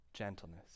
gentleness